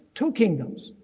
two kingdoms.